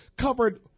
covered